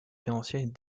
financiers